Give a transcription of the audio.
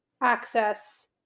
access